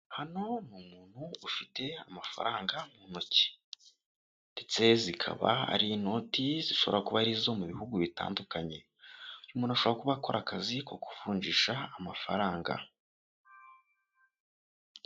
Hano umuntu ufite amafaranga mu ntoki ndetse zikaba ari inoti zishobora kuba ari izo mu bihugu bitandukanye, umuntu ashobora kuba akora akazi ko kuvunjisha amafaranga.